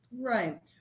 Right